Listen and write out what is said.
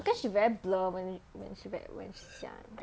because she very blur when we~ when she ver~ when she's young